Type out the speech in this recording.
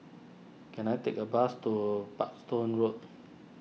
can I take a bus to Parkstone Road